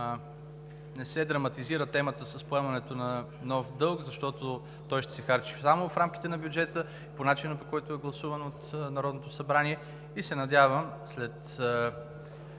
не се драматизира темата с поемането на нов дълг, защото той ще са харчи само в рамките на бюджета по начина, по който е гласуван от Народното събрание, и се надявам след